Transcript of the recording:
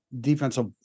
defensive